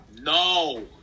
No